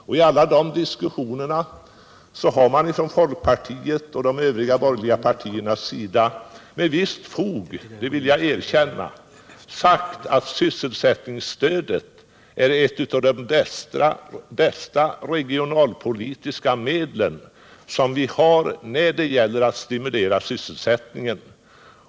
Vid alla dessa diskussioner har folkpartiet och de övriga borgerliga partierna med visst fog — det vill jag erkänna — sagt att sysselsättningsstödet är ett av de bästa regionala medel vi har när det gäller att stimulera sysselsättningen.